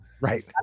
Right